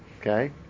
okay